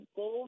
go